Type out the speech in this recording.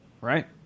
Right